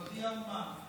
אבי האומה.